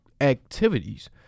activities